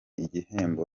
igihembo